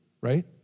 right